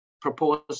proposed